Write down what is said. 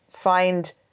find